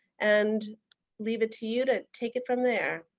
and leave it to you to take it from there.